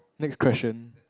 next question